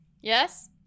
Yes